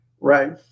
Right